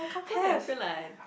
why I feel like I